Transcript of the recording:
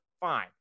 Fine